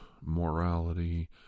morality